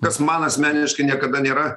kas man asmeniškai niekada nėra